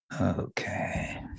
Okay